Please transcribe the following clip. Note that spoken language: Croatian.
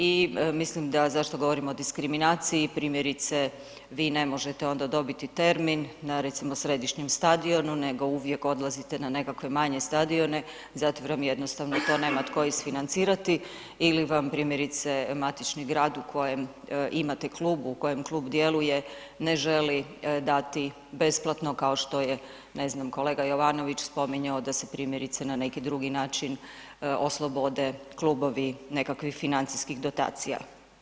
I mislim da zašto govorimo o diskriminaciji primjerice vi ne možete onda dobiti termin na recimo središnjem stadionu nego uvijek odlazite na nekakve manje stadione zato jer vam jednostavno nema to tko isfinancirati ili vam primjerice matični grad u kojem imate klub, u kojem klub djeluje ne želi dati besplatno kao što je, ne znam kolega Jovanović spominjao da se primjerice na neki drugi način oslobode klubovi, nekakvih financijskih dotacija.